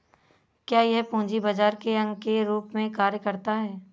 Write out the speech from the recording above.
क्या यह पूंजी बाजार के अंग के रूप में कार्य करता है?